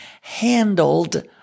handled